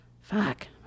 Fuck